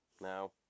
Now